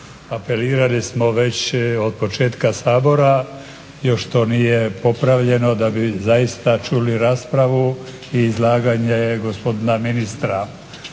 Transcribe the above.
Apelirali smo već od početka Sabora, još to nije popravljeno, da bi zaista čuli raspravu i izlaganje gospodina ministra.